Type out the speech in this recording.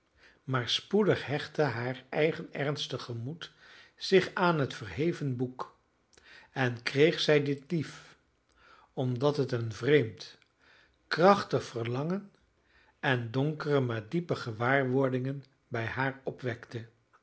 maar spoedig hechtte haar eigen ernstig gemoed zich aan het verhevene boek en kreeg zij dit lief omdat het een vreemd krachtig verlangen en donkere maar diepe gewaarwordingen bij haar opwekte